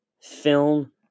film